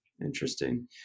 Interesting